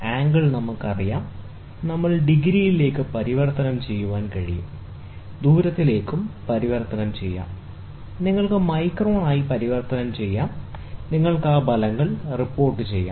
angle അറിയാം നിങ്ങൾക്ക് ഡിഗ്രികളിലേക്ക് പരിവർത്തനം ചെയ്യാൻ കഴിയും ദൂരത്തിലേക്ക് പരിവർത്തനം ചെയ്യാം നിങ്ങൾക്ക് മൈക്രോണുകളായി പരിവർത്തനം ചെയ്യാം നിങ്ങൾക്ക് ഫലങ്ങൾ റിപ്പോർട്ടുചെയ്യാം